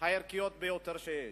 הערכיים ביותר שיש.